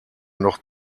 noch